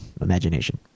imagination